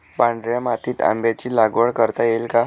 पांढऱ्या मातीत आंब्याची लागवड करता येईल का?